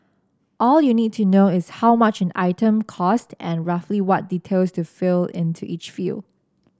all you need to know is how much an item costs and roughly what details to fill into each field